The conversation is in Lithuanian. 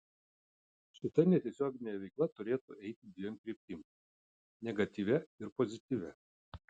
šita netiesioginė veikla turėtų eiti dviem kryptim negatyvia ir pozityvia